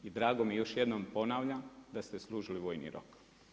I drago mi je još jednom, ponavljam, da ste služili vojni rok.